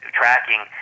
tracking